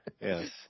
Yes